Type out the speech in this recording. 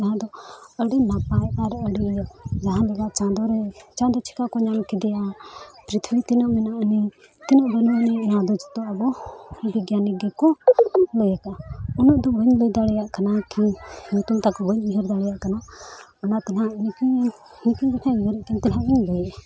ᱡᱟᱦᱟᱸ ᱫᱚ ᱟᱹᱰᱤ ᱱᱟᱯᱟᱭ ᱟᱨ ᱟᱹᱰᱤ ᱡᱟᱦᱟᱸ ᱞᱮᱠᱟ ᱪᱟᱸᱫᱳᱨᱮ ᱪᱟᱸᱫᱳ ᱪᱤᱠᱟᱹ ᱠᱚ ᱧᱟᱢ ᱠᱮᱫᱮᱭᱟ ᱯᱨᱤᱛᱷᱤᱵᱤ ᱛᱤᱱᱟᱹᱜ ᱢᱮᱱᱟᱜ ᱟᱹᱱᱤᱡ ᱛᱤᱱᱟᱹᱜ ᱵᱟᱹᱱᱩᱜ ᱟᱹᱱᱤᱡ ᱚᱱᱟ ᱫᱚ ᱡᱚᱛᱚ ᱟᱵᱚ ᱵᱤᱜᱽᱜᱟᱱᱤ ᱜᱮᱠᱚ ᱞᱟᱹᱭ ᱠᱟᱜᱼᱟ ᱩᱱᱟᱹᱜ ᱫᱚ ᱵᱟᱹᱧ ᱞᱟᱹᱭ ᱫᱟᱲᱮᱭᱟᱜ ᱠᱟᱱᱟ ᱟᱨᱠᱤ ᱧᱩᱛᱩᱢ ᱛᱟᱠᱚ ᱵᱟᱹᱧ ᱩᱭᱦᱟᱹᱨ ᱫᱟᱲᱮᱭᱟᱜ ᱠᱟᱱᱟ ᱚᱱᱟᱛᱮ ᱦᱟᱸᱜ ᱩᱱᱠᱤᱱ ᱩᱱᱠᱤᱱ ᱫᱚᱠᱤᱱ ᱦᱩᱭᱩᱜ ᱱᱟᱦᱟᱜ ᱤᱧ ᱞᱟᱹᱭᱮᱜᱼᱟ